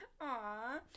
Aw